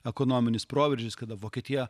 ekonominis proveržis kada vokietija